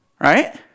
Right